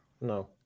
no